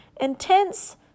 intense